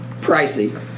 Pricey